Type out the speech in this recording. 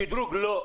שדרוג לא.